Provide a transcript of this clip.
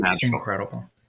incredible